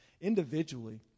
individually